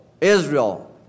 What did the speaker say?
Israel